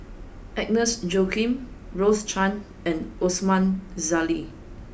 Agnes Joaquim Rose Chan and Osman Zailani